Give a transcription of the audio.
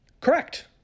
Correct